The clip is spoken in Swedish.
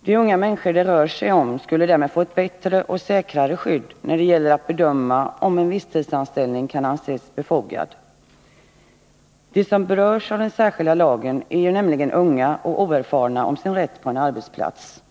De unga människor det rör sig om skulle därmed få ett bättre och säkrare skydd när det gäller att bedöma om en visstidsanställning kan anses befogad. De som berörs av den här särskilda lagen är ju nämligen unga och oerfarna i fråga om sin rätt på en arbetsplats.